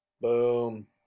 Boom